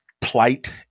plight